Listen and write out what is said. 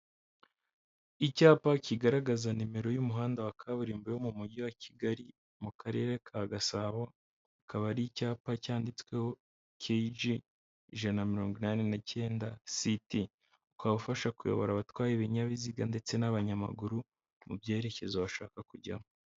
Icyapa kigaragaza nimero y'umuhanda wa kaburimbo wo mu Wujyi wa Kigali, mu Karere ka Kasabo, akaba ari icyapa cyanditsweho KG 189 st, ukaba ufasha kuyobora abatwaye ibinyabiziga ndetse n'abanyamaguru mu byerekezo bashaka kujyamo.